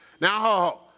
Now